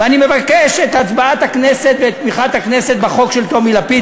ואני מבקש את הצבעת הכנסת ואת תמיכת הכנסת בחוק של טומי לפיד.